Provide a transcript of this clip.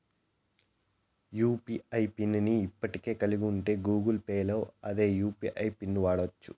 UPI PIN ని ఇప్పటికే కలిగుంటే గూగుల్ పేల్ల అదే యూ.పి.ఐ పిన్ను వాడచ్చు